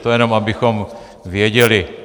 To jenom abychom věděli.